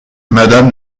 madame